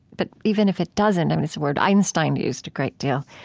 but even if it doesn't, i mean, it's a word einstein used a great deal.